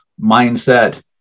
mindset